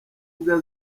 imbwa